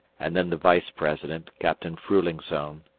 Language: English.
and then the vice-president, captain fruhlingsohn,